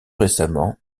récemment